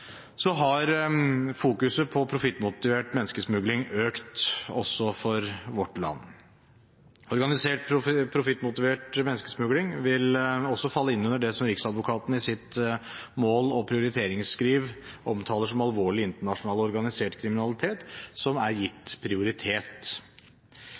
har fokuset på profittmotivert menneskesmugling økt også for vårt land. Organisert profittmotivert menneskesmugling vil også falle inn under det som riksadvokaten i sitt mål- og prioriteringsrundskriv omtaler som alvorlig internasjonal organisert kriminalitet, som er gitt